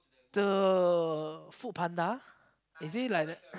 the FoodPanda is it like that